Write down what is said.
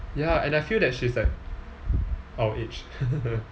ya and I feel that she's like our age